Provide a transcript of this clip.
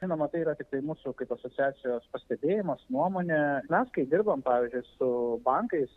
žinoma tai yra tiktai mūsų kaip asociacijos pastebėjimas nuomonė mes kai dirbom pavyzdžiui su bankais